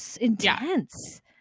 intense